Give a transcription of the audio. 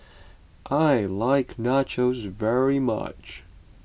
I like Nachos very much